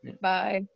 Bye